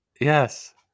Yes